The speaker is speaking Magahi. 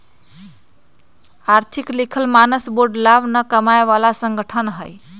आर्थिक लिखल मानक बोर्ड लाभ न कमाय बला संगठन हइ